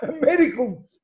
medical